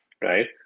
right